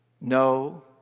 No